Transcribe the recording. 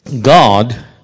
God